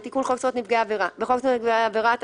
תיקון חוק זכויות נפגעי עבירה 28. בחוק זכויות נפגעי עבירה,